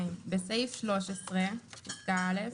2. בסעיף 13 פסקה א',